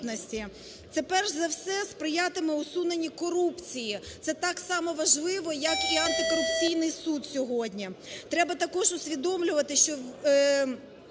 Це, перше за все, сприятиме усуненню корупції, це так само важливо, як і Антикорупційний суд сьогодні. Треба також усвідомлювати, що